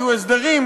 יהיו הסדרים,